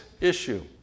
issue